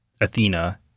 athena